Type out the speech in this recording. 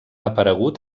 aparegut